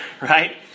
right